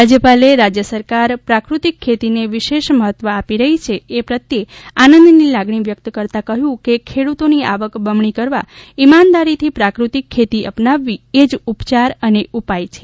રાજયપાલે રાજયસરકાર પ્રાફતિક ખેતીને વિશેષ મહત્વ આપી રહી છે એ પ્રત્યે આનંદની લાગણી વ્યકત કરતાં કહ્ય કે ખેડૂતોની આવક બમણી કરવા ઇમાનદારીથી પ્રાકૃતિક ખેતી અપનાવવી એ જ ઉપયાર અને ઉપાય છે